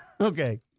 Okay